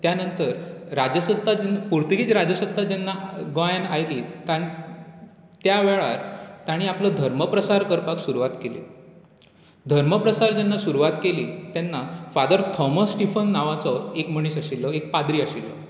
त्यानंतर राजसत्ता पुर्तुगीज राज सत्ता जेन्ना गोंयान आयली तेन्ना त्या वेळार तांणी आपलो धर्मप्रसार करपाक सुरवात केली धर्मप्रसार जेन्ना सुरवात केली तेन्ना फादर थाॅमस स्टीफस म्हण एक मनीस आशिल्लो एक पाद्री आशिल्लो